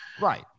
Right